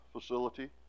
facility